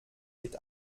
mit